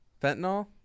Fentanyl